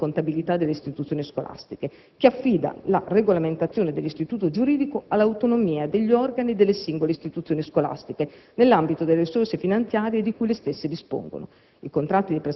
che è il regolamento di contabilità delle istituzioni scolastiche, il quale affida la regolamentazione dell'istituto giuridico all'autonomia degli organi delle singole istituzioni scolastiche nell'ambito delle risorse finanziarie di cui le stesse dispongono.